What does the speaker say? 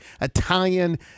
italian